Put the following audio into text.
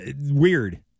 Weird